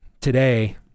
today